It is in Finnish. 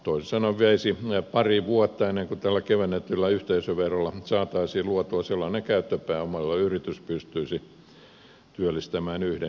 toisin sanoen veisi pari vuotta ennen kuin tällä kevennetyllä yhteisöverolla saataisiin luotua sellainen käyttöpääoma jolla yritys pystyisi työllistämään yhden ihmisen